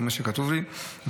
זה מה שכתוב לי,